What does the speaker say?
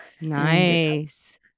nice